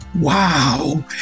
Wow